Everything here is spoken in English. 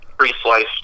Pre-sliced